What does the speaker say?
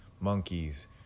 monkeys